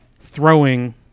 throwing